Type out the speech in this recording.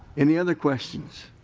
any other questions?